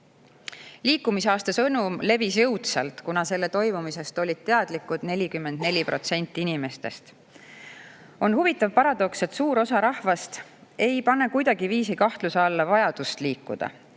sõnum levis jõudsalt, kuna selle toimumisest olid teadlikud 44% inimestest. On huvitav paradoks, et suur osa rahvast ei pane kuidagiviisi kahtluse alla vajadust liikuda.